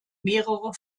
mehrere